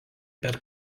per